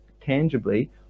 tangibly